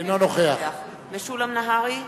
אינו נוכח משולם נהרי,